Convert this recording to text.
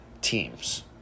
teams